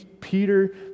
Peter